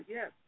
Yes